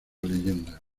leyenda